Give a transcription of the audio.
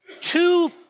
two